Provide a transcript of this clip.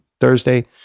thursday